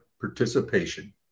participation